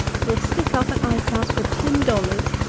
will stick up an ice-house for ten dollars,